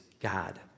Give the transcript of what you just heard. God